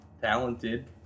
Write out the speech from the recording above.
talented